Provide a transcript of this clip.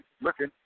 looking